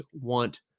want